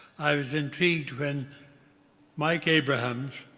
i was intrigued when mike abrahams,